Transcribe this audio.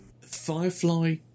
Firefly